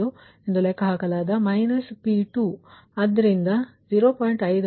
5 ಲೆಕ್ಕಹಾಕಲಾದ minus P2 ಆದ್ದರಿಂದ minus 0